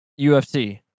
UFC